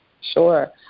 Sure